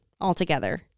altogether